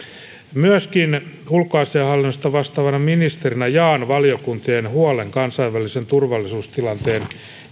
myöskin ulkoasiainhallinnosta vastaavana ministerinä jaan valiokuntien huolen kansainvälisen turvallisuustilanteen